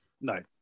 no